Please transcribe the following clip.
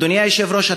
אדוני היושב-ראש,